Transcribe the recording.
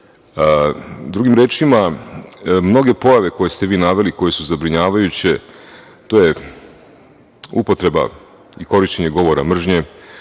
rečima, mnoge pojave koje ste vi naveli, koje su zabrinjavajuće, to je upotreba i korišćenje govora mržnje,